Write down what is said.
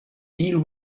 deal